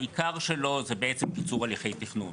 העיקר שלו זה בעצם קיצור הליכי תכנון.